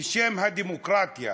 בשם הדמוקרטיה,